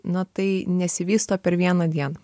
na tai nesivysto per vieną dieną